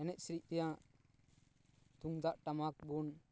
ᱮᱱᱮᱡ ᱥᱮᱨᱮᱧ ᱛᱮᱭᱟᱜ ᱛᱩᱢᱫᱟᱜ ᱴᱟᱢᱟᱠ ᱵᱚᱱ